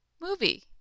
movie